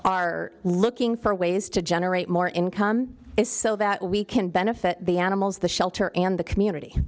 are looking for ways to generate more income is so that we can benefit the animals the shelter and the community